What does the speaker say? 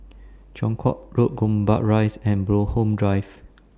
Chong Kuo Road Gombak Rise and Bloxhome Drive